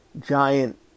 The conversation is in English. giant